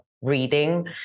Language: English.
reading